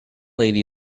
lady